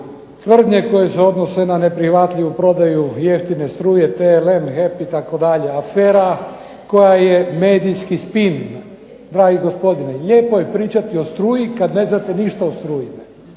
tvrdnje koje se odnose na neprihvatljivu prodaju jeftine struje TLM, HEP itd., afera koja je medijski spin. Dragi gospodine lijepo je pričati o struji kad ne znate ništa o struji.